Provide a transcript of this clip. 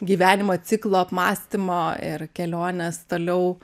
gyvenimo ciklo apmąstymo ir kelionės toliau